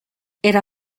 era